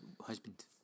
Husband